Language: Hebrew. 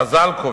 חז"ל קובעים: